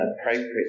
appropriate